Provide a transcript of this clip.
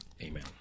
Amen